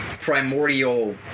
primordial